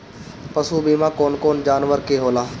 पशु बीमा कौन कौन जानवर के होला?